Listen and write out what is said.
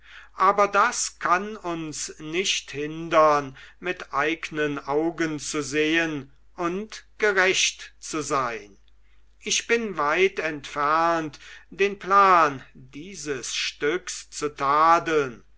aber das kann uns nicht hindern mit eigenen augen zu sehen und gerecht zu sein ich bin weit entfernt den plan dieses stücks zu tadeln